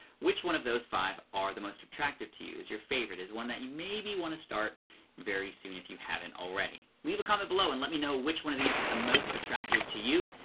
which one of those five are the most attractive to you, is your favorite, is one that you maybe wanna start very soon if you haven't already? leave a comment below and let me know which one of these is the most attractive to you.